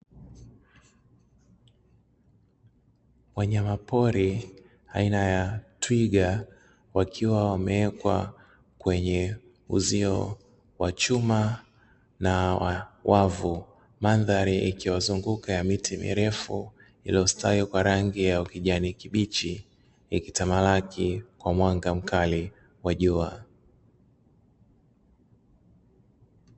Wanyama pori aina ya twiga wakiwa wamewekwa kwenye uzio wa chuma na wa wavu, mandhari ikiwazunguka ya miti mirefu iliyostawi kwa rangi ya ukijani kibichi ikitamalaki kwa mwanga mkali wa jua.